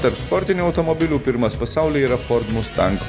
tarp sportinių automobilių pirmas pasaulyje yra ford mustang